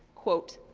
quote.